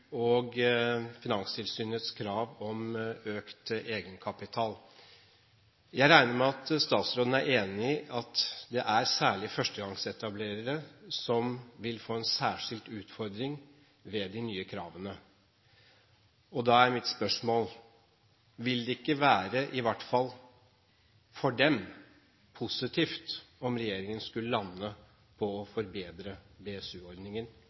og Finanstilsynets krav om økt egenkapital. Jeg regner med at statsråden er enig i at det er særlig førstegangsetablerere som vil få en særskilt utfordring med de nye kravene. Da er mitt spørsmål: Vil det ikke, i hvert fall for dem, være positivt om regjeringen skulle lande på å